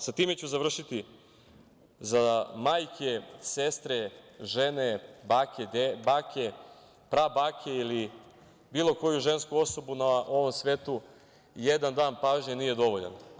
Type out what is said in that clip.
Sa time ću završiti, za majke, žene, sestre, bake, prabake ili bilo koju žensku osobu na ovom svetu, jedan dan pažnje nije dovoljan.